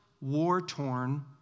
war-torn